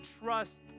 trust